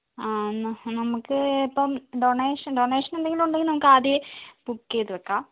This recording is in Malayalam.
ആ എന്നാൽ നമുക്ക് ഇപ്പം ഡൊണേഷൻ ഡൊണേഷൻ എന്തെങ്കിലും ഉണ്ടെങ്കിൽ നമുക്ക് ആദ്യമേ ബുക്ക് ചെയ്ത് വെക്കാം